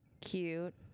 cute